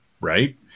right